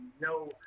no